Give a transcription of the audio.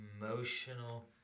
emotional